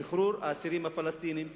שחרור האסירים הפלסטינים,